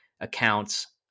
accounts